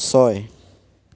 ছয়